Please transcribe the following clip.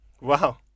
Wow